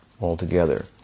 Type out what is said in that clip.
altogether